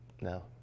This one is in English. No